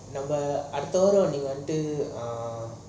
I told her the until ah